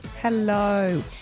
Hello